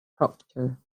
proctor